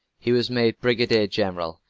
he was made brigadier general,